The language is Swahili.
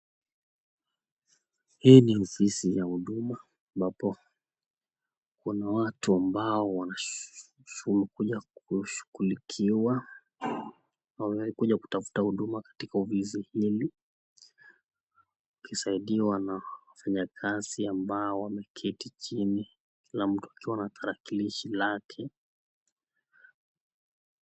Hii ni ofisi ya huduma ambapo kuna watu ambao wanangojea kushughulikiwa. Wamekuja kutafuta huduma katika ofisi hii wakisaidiwa na wafanyakazi ambao wameketi chini. Kila mtu ana tarakilishi lake.